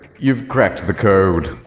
you've cracked the code.